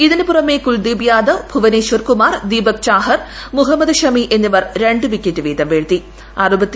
ഇതിനു പുറമെ കുൽദീപ് യാദവ് ഭുവനേശ്വർ കുമാർ ദീപക് ചാഹർ മുഹമ്മദ് ഷമി എന്നിവർ രണ്ടു വിക്കറ്റ് വീതം വീഴ്ത്തി